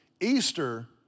Easter